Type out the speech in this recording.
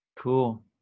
Cool